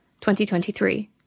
2023